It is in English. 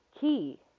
key